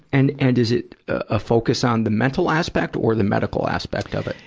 and, and is it, ah, a focus on the mental aspect or the medical aspect of it?